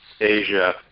Asia